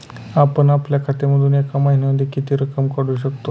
आपण आपल्या खात्यामधून एका महिन्यामधे किती रक्कम काढू शकतो?